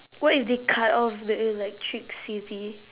what if they cut off the electricity